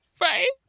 Right